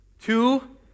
two